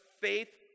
faith